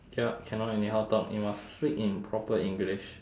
yup cannot anyhow talk you must speak in proper english